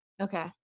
Okay